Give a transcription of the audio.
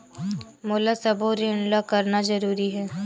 मोला सबो ऋण ला करना जरूरी हे?